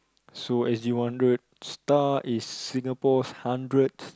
so s_g one hundred star is Singapore hundred